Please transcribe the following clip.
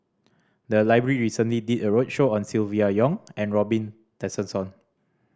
the library recently did a roadshow on Silvia Yong and Robin Tessensohn